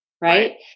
right